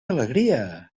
alegria